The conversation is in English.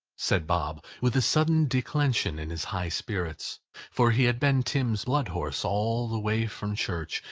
said bob, with a sudden declension in his high spirits for he had been tim's blood horse all the way from church,